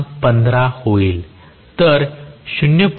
15 होईल तर 0